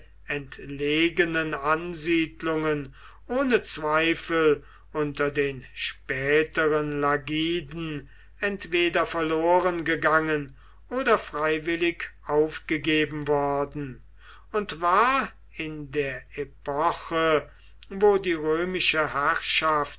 entlegenen ansiedlungen ohne zweifel unter den späteren lagiden entweder verlorengegangen oder freiwillig aufgegeben worden und war in der epoche wo die römische herrschaft